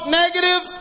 negative